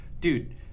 dude